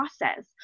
process